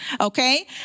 okay